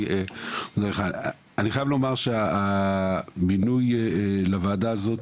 אני חייב לומר שבמינוי לוועדה הזאת